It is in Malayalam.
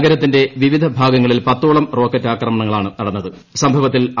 നഗരത്തിന്റെ വിവിധ ഭാഗങ്ങളിൽ പത്തോളം റോക്കറ്റാക്രമണങ്ങളാണ് സംഭവത്തിൽ നടന്നത്